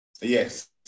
Yes